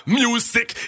music